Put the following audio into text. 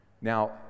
Now